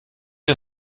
ihr